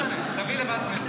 לא משנה, תעביר לוועדת הכנסת.